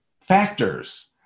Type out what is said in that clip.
factors